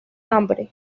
hambre